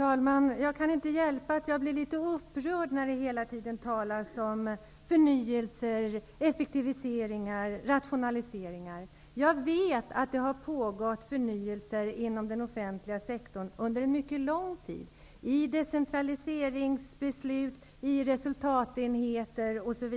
Herr talman! Jag kan inte hjälpa att jag blir litet upprörd när det hela tiden talas om förnyelser, effektiviseringar och rationaliseringar. Jag vet att det under mycket lång tid har pågått ett förnyelsearbete inom den offentliga sektorn, innefattande decentraliseringsbeslut, resultatenheter osv.